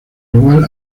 igual